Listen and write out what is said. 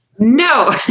No